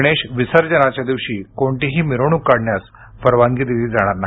गणेश विसर्जनाच्या दिवशी कोणतीही मिरवणूक काढण्यास परवानगी दिली जाणार नाही